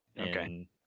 Okay